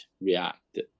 react